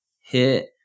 hit